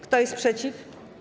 Kto jest przeciw?